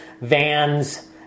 vans